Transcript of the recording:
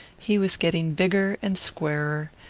he was getting bigger and squarer,